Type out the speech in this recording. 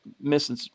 missing